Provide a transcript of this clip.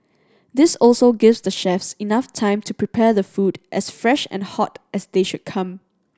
this also gives the chefs enough time to prepare the food as fresh and hot as they should come